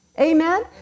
amen